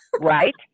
Right